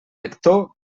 lector